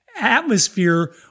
atmosphere